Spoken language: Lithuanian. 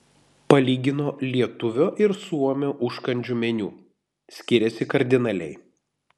palygino lietuvio ir suomio užkandžių meniu skiriasi kardinaliai